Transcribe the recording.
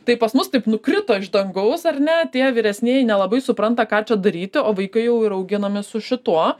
tai pas mus taip nukrito iš dangaus ar ne tie vyresnieji nelabai supranta ką čia daryti o vaikai jau ir auginami su šituo